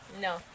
no